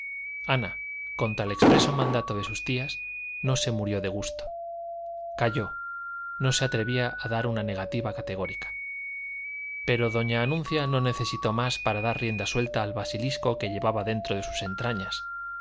ana contra el expreso mandato de sus tías no se murió de gusto calló no se atrevía a dar una negativa categórica pero doña anuncia no necesitó más para dar rienda suelta al basilisco que llevaba dentro de sus entrañas